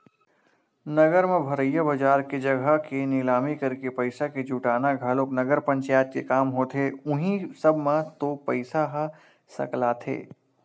नगर म भरइया बजार के जघा के निलामी करके पइसा के जुटाना घलोक नगर पंचायत के काम होथे उहीं सब म तो पइसा ह सकलाथे